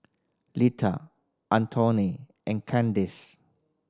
Leta Antone and Kandace